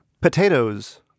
Potatoes